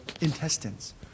intestines